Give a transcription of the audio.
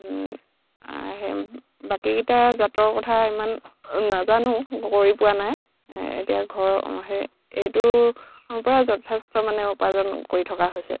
সেই বাকীকেইটা জাতৰ কথা ইমান নাজানো কৰি পোৱা নাই এতিয়া ঘৰ সেই এইটোৰপৰাই যথেষ্ট মানে উপাৰ্জন কৰি থকা হৈছে